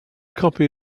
copy